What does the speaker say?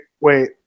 wait